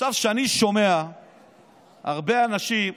עכשיו, אני שומע הרבה אנשים,